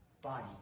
Body